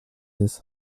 this